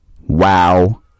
wow